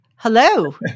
Hello